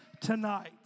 tonight